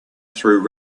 through